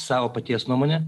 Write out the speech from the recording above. savo paties nuomonė